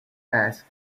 asked